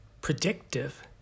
predictive